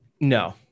No